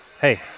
hey